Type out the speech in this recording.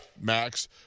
Max